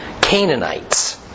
Canaanites